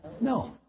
No